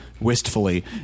wistfully